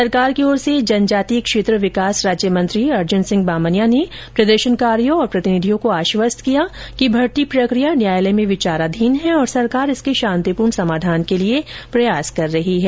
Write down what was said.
सरकार की ओर से जनजातीय क्षेत्र विकास राज्य मंत्री अर्जुन सिंह बामनिया ने प्रदर्शनकारियों के प्रतिनिधियों को आश्वस्त किया कि भर्ती प्रक्रिया न्यायालय में विचाराधीन है और सरकार इसके शांतिपूर्ण समाधान के लिए प्रयासरत है